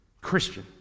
Christian